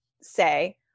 say